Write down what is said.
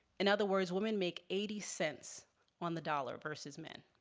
in other words, women make eighty cents on the dollar versus men.